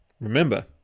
remember